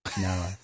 No